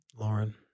Lauren